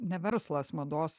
ne verslas mados